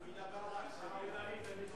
הא ידבר על ההקפאה אולי.